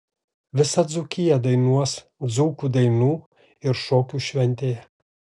visa dzūkija dainuos dzūkų dainų ir šokių šventėje